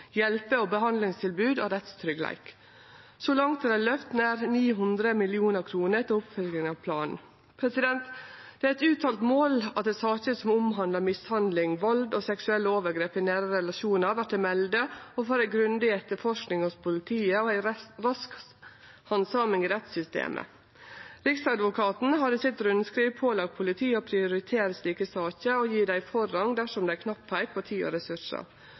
hjelpe- og behandlingstilbod og rettstryggleik. Så langt er det løyvd nær 900 mill. kr til oppfølging av planen. Det er eit uttalt mål at saker som omhandlar mishandling, vald og seksuelle overgrep i nære relasjonar, vert melde og får ei grundig etterforsking hos politiet og ei rask handsaming i rettssystemet. Riksadvokaten har i sitt rundskriv pålagt politiet å prioritere slike saker og gje dei forrang dersom det er knapt med tid og ressursar.